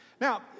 Now